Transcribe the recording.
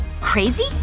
Crazy